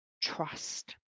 trust